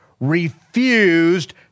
refused